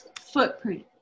footprint